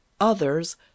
Others